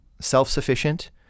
self-sufficient